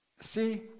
See